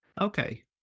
Okay